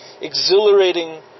exhilarating